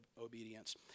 obedience